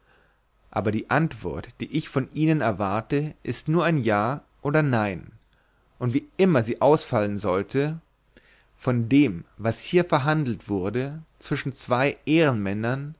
aber die antwort die ich von ihnen erwarte ist nur ein ja oder nein und wie immer sie ausfallen sollte von dem was hier verhandelt wurde zwischen zwei ehrenmännern